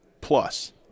plus